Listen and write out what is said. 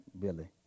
Billy